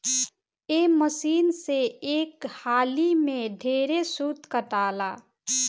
ए machine से एक हाली में ढेरे सूत काताला